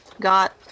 got